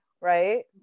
right